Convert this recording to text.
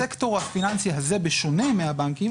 הסקטור הפיננסי הזה בשונה מהבנקים,